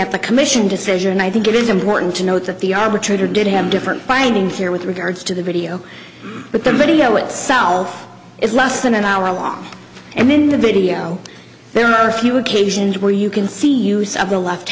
at the commission decision i think it is important to note that the arbitrator did have different bindings there with regards to the video but the video itself is less than an hour long and in the video there are a few occasions where you can see use of the left